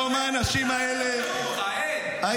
אחרי 7 באוקטובר, עם שר, לא למדת כלום.